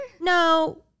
No